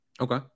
Okay